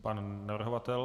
Pan navrhovatel?